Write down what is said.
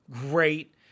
great